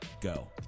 go